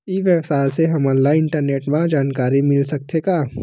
ई व्यवसाय से हमन ला इंटरनेट मा जानकारी मिल सकथे का?